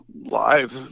live